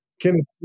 Kenneth